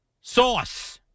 Sauce